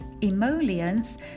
Emollients